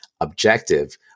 objective